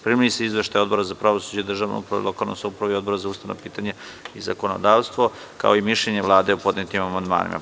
Primili ste izveštaj Odbora za pravosuđe, državnu upravu i lokalnu samoupravu i Odbora za ustavna pitanja i zakonodavstvo, kao i mišljenje Vlade o podnetim amandmanima.